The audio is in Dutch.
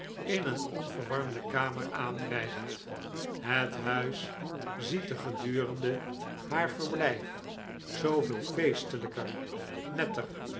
in een onverwarmde kamer aanrijgt het huis ziet er gedurende haar verblijf zooveel feestelijker netter